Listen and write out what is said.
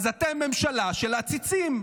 אז אתם ממשלה של עציצים.